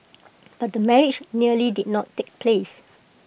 but the marriage nearly did not take place